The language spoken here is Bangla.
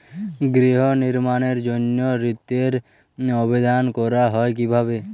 গৃহ নির্মাণের জন্য ঋণের আবেদন করা হয় কিভাবে?